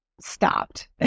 stopped